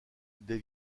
des